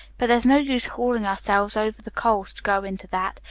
but they's no use hauling ourselves over the coals to go into that.